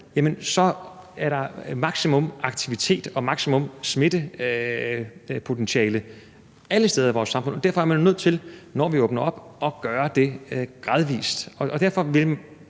så er der maksimum aktivitet og maksimum smittepotentiale alle steder i vores samfund, og derfor er vi nødt til, når vi åbner op, at gøre det gradvis.